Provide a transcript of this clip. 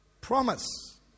promise